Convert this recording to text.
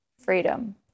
freedom